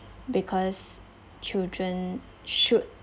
because children should